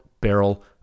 barrel